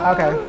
Okay